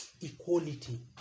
equality